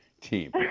team